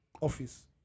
office